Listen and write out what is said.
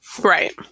Right